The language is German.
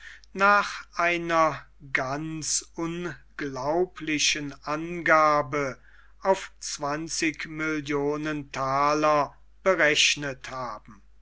nach einer ganz unglaublichen angabe auf zwanzig millionen thaler berechnet haben